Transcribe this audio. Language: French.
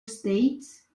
state